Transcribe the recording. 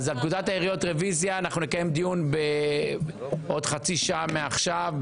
אז על הרוויזיה על פקודת העיריות נקיים דיון בעוד חצי שעה מעכשיו,